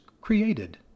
created